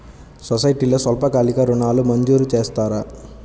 సొసైటీలో స్వల్పకాలిక ఋణాలు మంజూరు చేస్తారా?